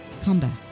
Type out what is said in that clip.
comeback